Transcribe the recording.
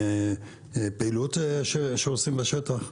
פעילות שעושים בשטח,